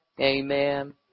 Amen